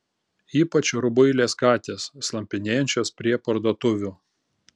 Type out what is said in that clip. ypač rubuilės katės slampinėjančios prie parduotuvių